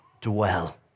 dwell